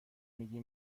میگی